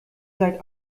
seid